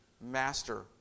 master